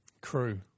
crew